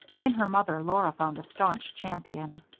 in her mother laura found a staunch champion.